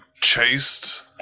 chased